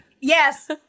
Yes